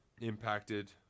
impacted